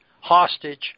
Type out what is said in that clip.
hostage